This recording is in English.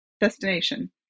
destination